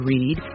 Read